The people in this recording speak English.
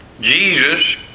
Jesus